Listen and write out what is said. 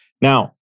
Now